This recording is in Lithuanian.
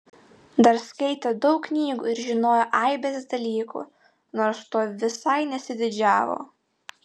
dar skaitė daug knygų ir žinojo aibes dalykų nors tuo visai nesididžiavo